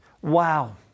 Wow